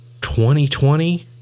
2020